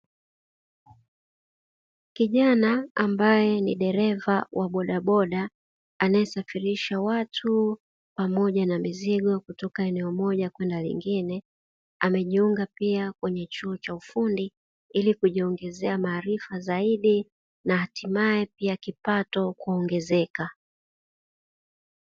Kijana ambaye ni dereva wa bodaboda anayesafirisha watu pamoja na mizigo kutoka eneo moja kwenda lingine, amejiunga pia kwenye chuo cha ufundi ili kujiongezea maarifa zaidi na hatimaye ya kipato kuongezeka.